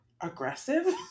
aggressive